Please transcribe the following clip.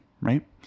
right